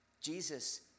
Jesus